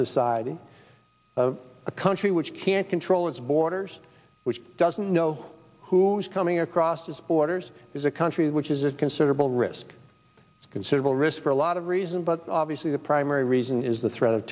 society a country which can't control its borders which doesn't know who's coming across borders is a country which is a considerable risk considerable risk for a lot of reasons but obviously the primary reason is the threat of